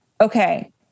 Okay